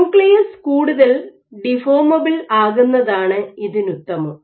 nucleus കൂടുതൽ deformable ആകുന്നതാണ് ഇതിനുത്തമം